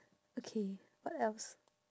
okay what else